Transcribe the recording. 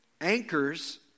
Anchors